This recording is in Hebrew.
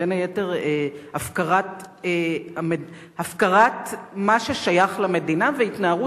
בין היתר הפקרת מה ששייך למדינה והתנערות